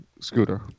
Scooter